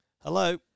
Hello